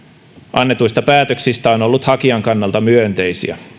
annetuista päätöksistä on ollut hakijan kannalta myönteisiä